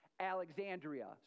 Alexandria